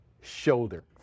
shoulder